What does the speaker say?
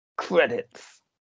credits